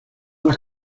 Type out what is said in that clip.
las